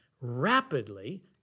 rapidly